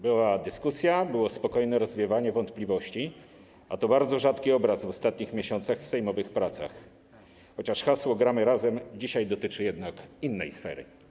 Była dyskusja, było spokojne rozwiewanie wątpliwości, a to bardzo rzadki obraz w ostatnich miesiącach w sejmowych pracach, chociaż hasło „gramy razem” dzisiaj dotyczy innej sfery.